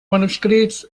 manuscrits